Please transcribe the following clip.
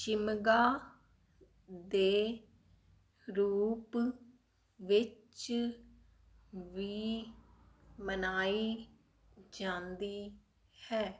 ਸ਼ਿਮਗਾ ਦੇ ਰੂਪ ਵਿੱਚ ਵੀ ਮਨਾਈ ਜਾਂਦੀ ਹੈ